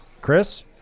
Chris